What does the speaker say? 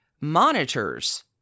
monitors